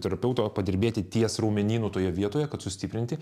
terapeuto padirbėti ties raumenynu toje vietoje kad sustiprinti